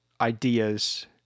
ideas